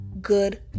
good